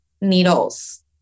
needles